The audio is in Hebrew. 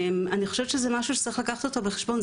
אני חושבת שזה משהו שצריך לקחת אותו בחשבון.